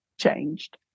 changed